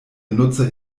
nutzer